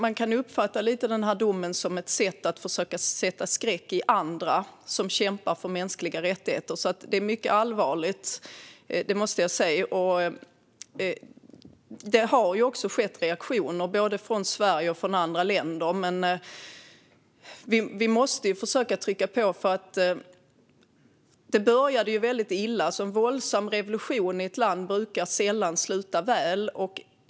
Man kan uppfatta den här domen som ett sätt att försöka sätta skräck i andra som kämpar för mänskliga rättigheter, vilket är mycket allvarligt. Det har också kommit reaktioner både från Sverige och från andra länder. Vi måste försöka trycka på. Det började ju väldigt illa. En våldsam revolution i ett land brukar sällan sluta väl.